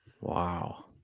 Wow